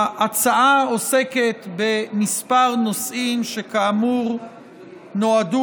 ההצעה עוסקת בכמה נושאים שכאמור נועדו